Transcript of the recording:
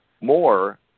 more